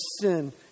sin